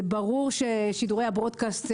ברור ששידורי הברודקאסט,